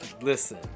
listen